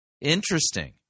Interesting